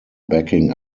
backing